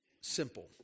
simple